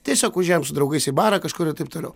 tiesiog važiavom su draugais į barą kažkur ir taip toliau